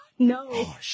No